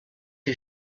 who